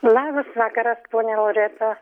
labas vakaras ponia loreta